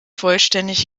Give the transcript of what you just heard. vollständig